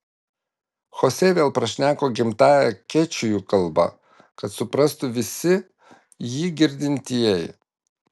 chosė vėl prašneko gimtąja kečujų kalba kad suprastų visi jį girdintieji